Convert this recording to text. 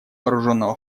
вооруженного